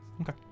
Okay